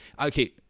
Okay